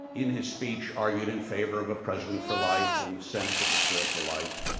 in his speech, argued in favor of a president for life and a senate that would serve for life.